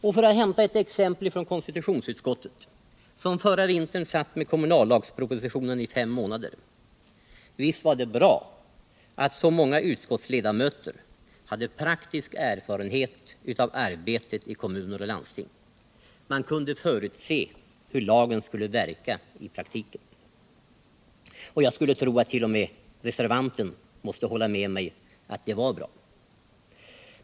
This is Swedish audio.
Och för att hämta ett exempel från konstitutionsutskottet, som förra vintern satt med kommunallagspropositionen i fem månader: visst var det bra att så många utskottsledamöter hade praktisk erfarenhet av arbetet i kommuner och landsting. Man kunde förutse hur lagen skulle verka i praktiken. Jag skulle tro att t.o.m. reservanten måste hålla med mig om att det var bra.